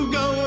go